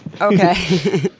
Okay